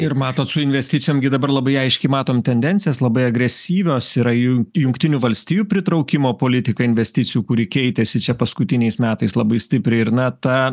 ir matot su investicijom gi dabar labai aiškiai matom tendencijas labai agresyvios yra jų jungtinių valstijų pritraukimo politika investicijų kuri keitėsi čia paskutiniais metais labai stipriai ir na ta